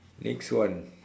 next one